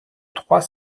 trois